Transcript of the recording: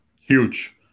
Huge